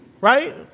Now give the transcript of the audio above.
right